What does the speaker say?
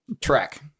Track